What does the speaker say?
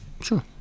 Sure